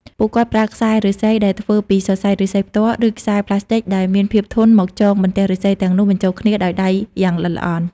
ពួកគាត់ប្រើខ្សែឫស្សី ដែលធ្វើពីសរសៃឫស្សីផ្ទាល់ ឬខ្សែប្លាស្ទិកដែលមានភាពធន់មកចងបន្ទះឫស្សីទាំងនោះបញ្ចូលគ្នាដោយដៃយ៉ាងល្អិតល្អន់។